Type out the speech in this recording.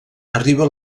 arriba